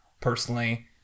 personally